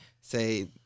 say